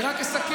אני רק אסכם.